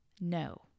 No